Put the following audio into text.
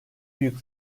büyük